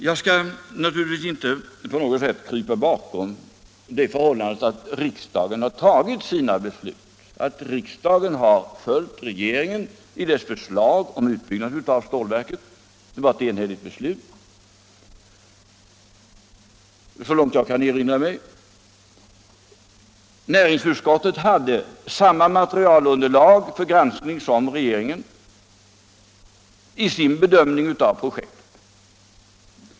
Jag skall naturligtvis inte på något sätt krypa bakom det förhållandet att riksdagen har följt regeringen i dess förslag om utbyggnad av stålverket. Men det är rimligt erinra om att det var ett enhälligt beslut, så långt jag kan erinra mig. Näringsutskottet hade samma materialunderlag för granskning som regeringen i sin bedömning av projektet.